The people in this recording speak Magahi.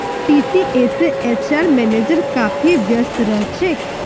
टीसीएसेर एचआर मैनेजर काफी व्यस्त रह छेक